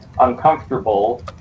uncomfortable